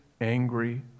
angry